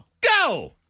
Go